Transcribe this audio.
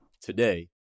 today